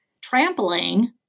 trampling